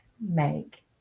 make